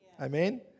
Amen